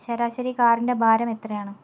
ശരാശരി കാറിൻ്റെ ഭാരം എത്രയാണ്